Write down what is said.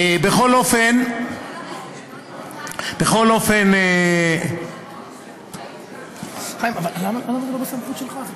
בכל אופן חיים, אבל למה זה לא בסמכות שלך?